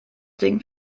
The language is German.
ding